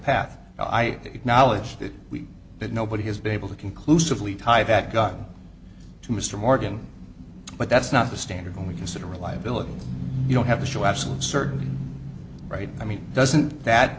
path i acknowledge that we but nobody has been able to conclusively tie that got to mr morgan but that's not the standard when we consider reliability you don't have to show absolute certainty right i mean doesn't that